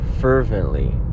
fervently